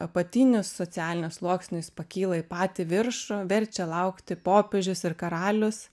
apatinio socialinio sluoksnio jis pakyla į patį viršų verčia laukti popiežius ir karalius